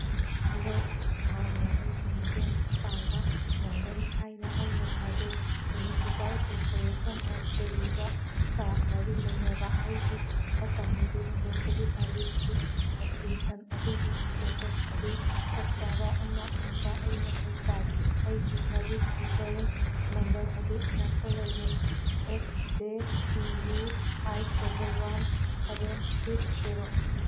hello ꯅꯍꯥꯛꯅ ꯑꯩꯕꯨ ꯃꯇꯦꯡ ꯄꯥꯡꯕ ꯉꯝꯒꯅꯤ ꯍꯥꯏꯅ ꯑꯩꯅ ꯊꯥꯖꯩ ꯃꯨꯅꯤꯁꯤꯄꯥꯜ ꯀꯣꯄꯔꯦꯁꯟ ꯑꯣꯐ ꯗꯦꯜꯂꯤꯒ ꯃꯔꯤ ꯂꯩꯅꯕ ꯑꯩꯒꯤ ꯐꯠꯇ ꯍꯥꯎꯗꯤ ꯍꯨꯟꯗꯣꯛꯄꯒꯤ ꯁꯔꯚꯤꯁꯀꯤ ꯁꯞꯁꯀ꯭ꯔꯤꯞꯁꯟ ꯑꯗꯨꯒꯤ ꯏꯁꯇꯦꯇꯁ ꯑꯗꯨ ꯆꯞ ꯆꯥꯕ ꯑꯃ ꯈꯪꯕ ꯑꯩ ꯃꯊꯧ ꯇꯥꯏ ꯑꯩꯒꯤ ꯁꯔꯚꯤꯁ ꯔꯤꯐ꯭ꯔꯦꯟꯁ ꯅꯝꯕꯔ ꯑꯗꯨ ꯏꯅꯥꯛꯇ ꯂꯩꯔꯦ X J T U eight double one seven six zero